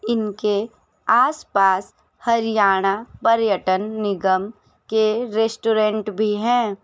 इनके आसपास हरियाणा पर्यटन निगम के रेस्टोरेंट भी हैं